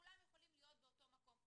כולם יכולים להיות באותו מקום.